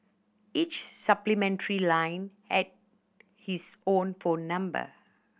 each supplementary line had his own phone number